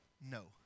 no